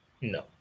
No